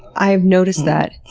i've noticed that.